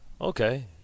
Okay